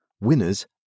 winners